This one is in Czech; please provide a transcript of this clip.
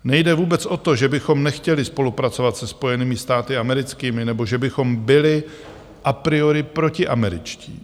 Nejde vůbec o to, že bychom nechtěli spolupracovat se Spojenými státy americkými nebo že bychom byli a priori protiameričtí.